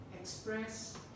express